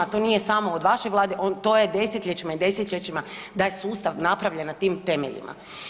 To nije samo od vaše Vlade, to je desetljećima i desetljećima taj sustav napravljen na tim temeljima.